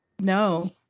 No